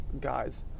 guys